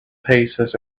paces